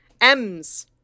Ms